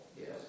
Yes